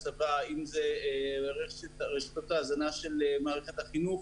הצבא או רשתות ההזנה של מערכת החינוך,